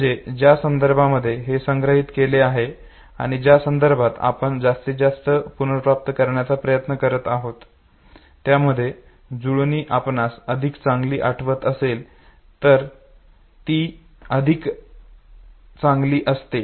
म्हणजे ज्या संदर्भामध्ये ते संग्रहित केले गेले आहे आणि ज्या संदर्भात आपण जास्तीत जास्त पुनर्प्राप्त करण्याचा प्रयत्न करत आहोत त्यामधील जुळणी आपणास अधिक चांगली आठवत असेल तर ती अधिक चांगली असते